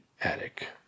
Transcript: attic